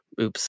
Oops